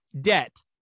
Debt